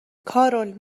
کارول